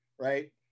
right